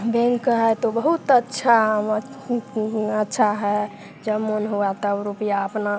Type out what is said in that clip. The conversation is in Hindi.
बैंक है तो बहुत अच्छा मत अच्छा अच्छा है जब मन हुआ तब रुपया अपना